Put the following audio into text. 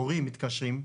ההורים מתקשרים,